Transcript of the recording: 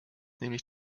nämlich